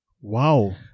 Wow